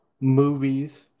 movies